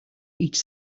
each